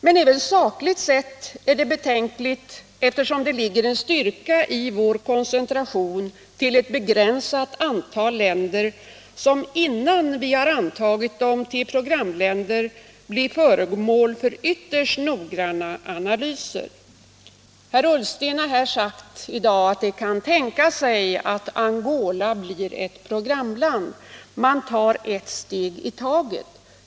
Men även sakligt sett är det betänkligt, eftersom det ligger en styrka i vår koncentration till ett begränsat antal länder, som innan vi antog dem till programländer blev föremål för ytterst noggranna analyser. Herr Ullsten har i dag sagt att det kan tänkas att Angola blir ett programland — man tar ett steg i taget.